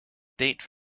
date